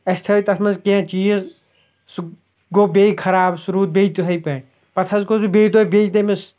اَسہِ تھٲو تَتھ منٛز کیٚنٛہہ چیٖز سُہ گوٚو بیٚیہِ خراب سُہ روٗد بیٚیہِ تِتھٕے پٲٹھۍ پَتہٕ حظ گوٚوُس بیٚیہِ دۄہ بیٚیہِ تٔمِس